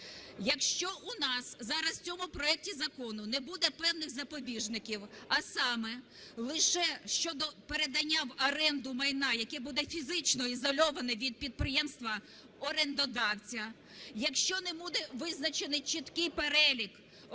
Якщо у нас зараз в цьому проекті закону не буде певних запобіжників, а саме лише щодо передання в оренду майна, яке буде фізично ізольоване від підприємства-орендодавця, якщо не буде визначений чіткий перелік орендарів,